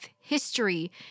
history